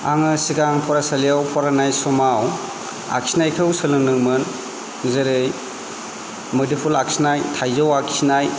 आङो सिगां फरायसालिआव फरायनाय समाव आखिनायखौ सोलोंदोंमोन जेरै मुदुमफुल आखिनाय थाइजौ आखिनाय